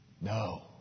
No